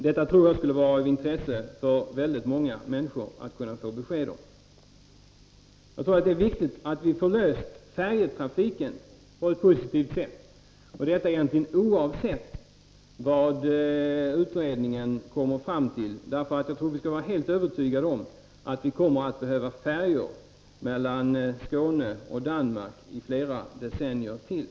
Det skulle nog vara av intresse för väldigt många människor att få besked om detta. Jag tror att det är viktigt att vi löser frågan om färjtrafiken på ett bra sätt — detta oavsett vad utredningen kommer fram till därför att vi nog kan vara helt övertygade om att vi kommer att behöva färjor mellan Skåne och Danmark flera decennier framöver.